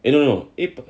no no eight